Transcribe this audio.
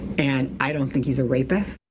and i don't think he's a rapist.